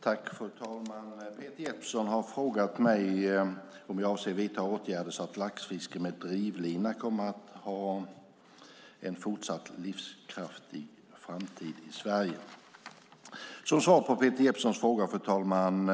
Fru talman! Peter Jeppsson har frågat mig om jag avser att vidta åtgärder så att laxfiske med drivlina kommer att ha en fortsatt livskraftig framtid i Sverige. Som svar på Peter Jeppssons fråga, fru talman,